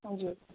हजुर